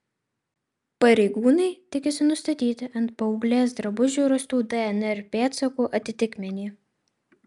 pareigūnai tikisi nustatyti ant paauglės drabužių rastų dnr pėdsakų atitikmenį